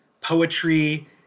poetry